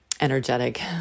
energetic